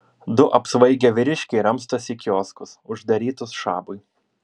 du apsvaigę vyriškiai ramstosi į kioskus uždarytus šabui